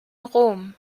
rom